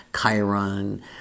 Chiron